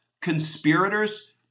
conspirators